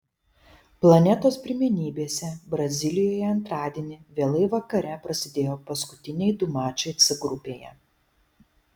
planetos pirmenybėse brazilijoje antradienį vėlai vakare prasidėjo paskutiniai du mačai c grupėje